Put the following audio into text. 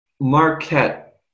Marquette